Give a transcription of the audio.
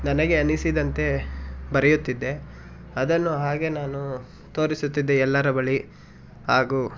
ನನಗೆ ಅನಿಸಿದಂತೆ ಬರೆಯುತ್ತಿದ್ದೆ ಅದನ್ನು ಹಾಗೇ ನಾನು ತೋರಿಸುತ್ತಿದ್ದೆ ಎಲ್ಲರ ಬಳಿ ಹಾಗೂ